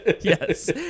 Yes